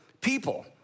people